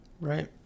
Right